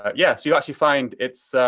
ah yeah, so you'll actually find it's,